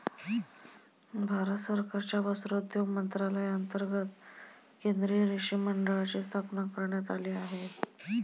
भारत सरकारच्या वस्त्रोद्योग मंत्रालयांतर्गत केंद्रीय रेशीम मंडळाची स्थापना करण्यात आली आहे